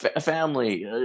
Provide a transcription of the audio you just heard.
family